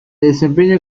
desempeñaba